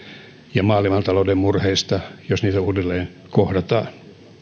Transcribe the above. ja maailmantalouden murheista jos niitä uudelleen kohdataan